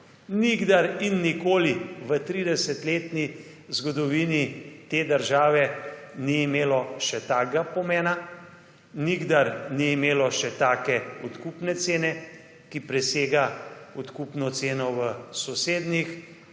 Nikdar in nikoli v tridesetletni zgodovini te države, ni imelo še takega pomena, nikdar ni imelo še take odkupne cene, ki presega odkupno ceno v sosednjih